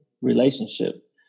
relationship